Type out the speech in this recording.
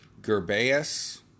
Gerbaeus